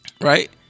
right